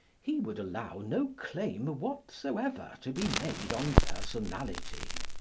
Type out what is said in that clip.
he would allow no claim whatsoever to be made on personality.